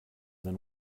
than